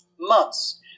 months